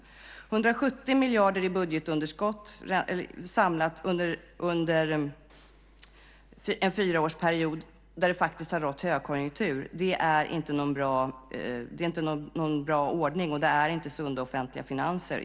170 miljarder i budgetunderskott samlat under en fyraårsperiod då det faktiskt har rått högkonjunktur är inte någon bra ordning, och det är inte sunda offentliga finanser.